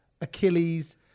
achilles